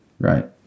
Right